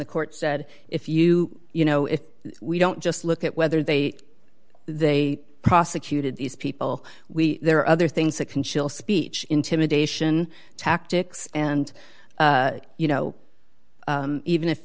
the court said if you you know if we don't just look at whether they they prosecuted these people we there are other things that can chill speech intimidation tactics and you know even if